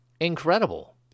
Incredible